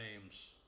names